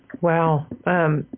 Wow